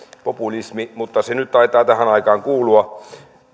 populismi mutta se nyt taitaa tähän aikaan kuulua